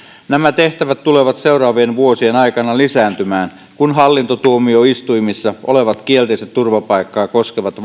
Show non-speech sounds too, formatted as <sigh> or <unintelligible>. nämä tehtävät tulevat seuraavien vuosien aikana lisääntymään kun hallintotuomioistuimissa olevat kielteiset turvapaikkaa koskevat <unintelligible>